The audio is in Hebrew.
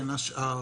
בין השאר,